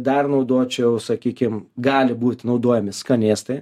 dar naudočiau sakykim gali būt naudojami skanėstai